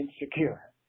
insecure